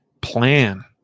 plan